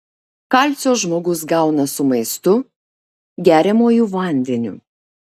kalcio žmogus gauna su maistu geriamuoju vandeniu